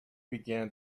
began